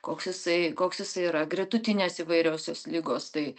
koks jisai koks jisai yra gretutinės įvairiosios ligos tai